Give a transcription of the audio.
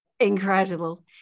Incredible